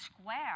square